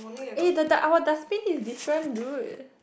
eh the the our dustbin is different dude